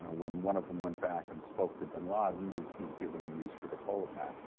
when one of them went back and spoke to bin laden, was was given in use for the cole attack.